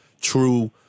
true